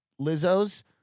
Lizzo's